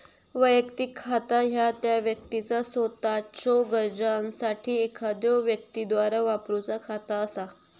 वैयक्तिक खाता ह्या त्या व्यक्तीचा सोताच्यो गरजांसाठी एखाद्यो व्यक्तीद्वारा वापरूचा खाता असा